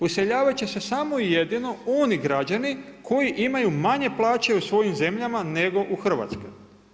Useljavati će se samo i jedino oni građani koji imaju manje plaće u svojim zemljama nego u Hrvatskoj.